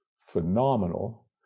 phenomenal